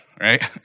right